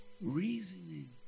Reasoning